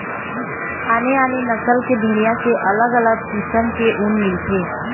आने आने नसल के भेड़िया के अलग अलग किसम के ऊन मिलथे